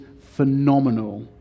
phenomenal